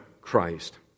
Christ